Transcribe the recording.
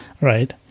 Right